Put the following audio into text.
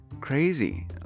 crazy